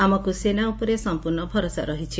ଆମକୁ ସେନା ଉପରେ ସମ୍ମର୍ଶ୍ଚ ଭରଷା ରହିଛି